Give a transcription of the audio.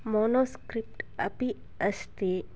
monoscript अपि अस्ति